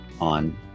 on